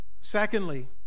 Secondly